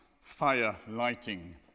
fire-lighting